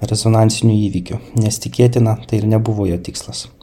rezonansinių įvykių nes tikėtina tai ir nebuvo jo tikslas